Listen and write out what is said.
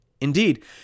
Indeed